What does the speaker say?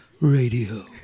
Radio